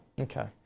Okay